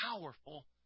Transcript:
powerful